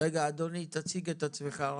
רגע אדוני, תציג את עצמך רק.